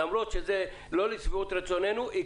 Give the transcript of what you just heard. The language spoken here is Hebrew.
למרות שזה לא לשביעות רצוננו,